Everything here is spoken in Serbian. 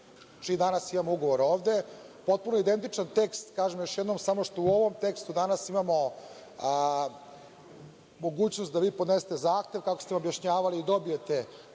čiji danas imamo ugovor ovde, potpuno identičan tekst, kažem još jednom, samo što u ovom tekstu danas imamo mogućnost da vi podnesete zahtev, kako ste objašnjavali, i dobijete tranšu